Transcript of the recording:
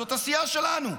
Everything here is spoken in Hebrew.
זאת הסיעה שלנו.